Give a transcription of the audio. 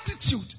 attitude